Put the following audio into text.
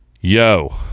yo